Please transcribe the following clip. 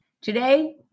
Today